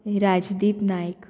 Rajdeep Naik